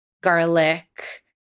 garlic